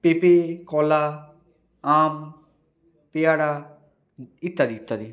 পেঁপে কলা আম পেয়ারা ইত্যাদি ইত্যাদি